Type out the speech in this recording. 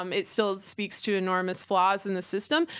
um it still speaks to enormous flaws in the system,